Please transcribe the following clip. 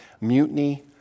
mutiny